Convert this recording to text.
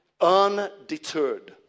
Undeterred